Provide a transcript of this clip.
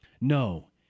No